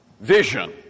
vision